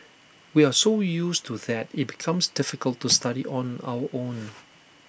we are so used to that IT becomes difficult to study on our own